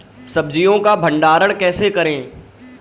सब्जियों का भंडारण कैसे करें?